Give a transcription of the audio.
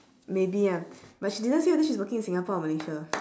maybe ah but she didn't say whether she's working in singapore or malaysia